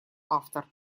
автор